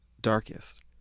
darkest